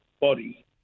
body